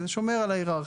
זה שומר על ההיררכיה.